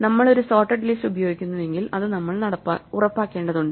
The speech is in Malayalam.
നമ്മൾ ഒരു സോർട്ടഡ് ലിസ്റ്റ് ഉപയോഗിക്കുന്നുവെങ്കിൽ അത് നമ്മൾ ഉറപ്പാക്കേണ്ടതുണ്ട്